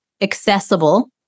accessible